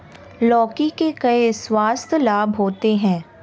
लौकी के कई स्वास्थ्य लाभ होते हैं